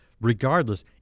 regardless